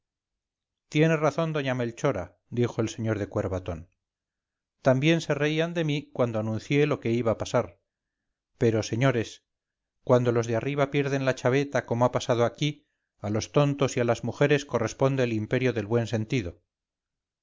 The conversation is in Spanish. tiene razón doña melchora dijo el señor de cuervatón también se reían de mí cuando anuncié lo que iba pasar pero señores cuando los de arriba pierden la chaveta como ha pasado aquí a los tontos y a las mujeres corresponde el imperio del buen sentido